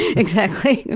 exactly.